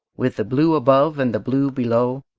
with the blue above and the blue below,